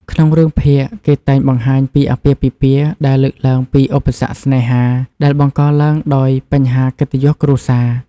ក្នុងរឿងភាគ គេតែងបង្ហាញពី អាពាហ៍ពិពាហ៍ ដែលលើកឡើងពីឧបសគ្គស្នេហាដែលបង្កឡើងដោយបញ្ហាកិត្តិយសគ្រួសារ។